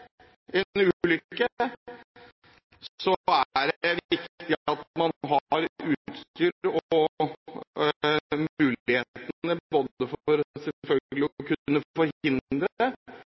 er det selvfølgelig viktig at man har utstyr og mulighet for å kunne både